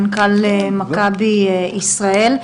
מנכ"ל מכבי ישראל.